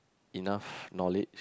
enough knowledge